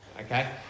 Okay